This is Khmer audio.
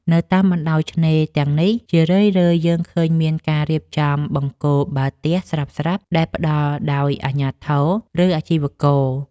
នៅតាមបណ្ដោយឆ្នេរទាំងនេះ ជារឿយៗយើងឃើញមានការរៀបចំបង្គោលបាល់ទះស្រាប់ៗដែលផ្ដល់ដោយអាជ្ញាធរ ឬអាជីវករ។